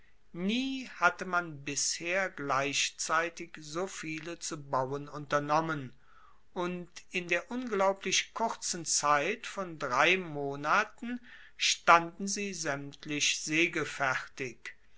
nie hatte man bisher gleichzeitig so viele zu bauen unternommen und in der unglaublich kurzen zeit von drei monaten standen sie saemtlich